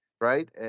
right